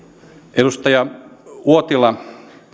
edustaja uotila